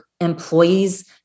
employees